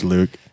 Luke